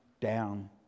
down